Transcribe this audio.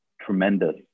tremendous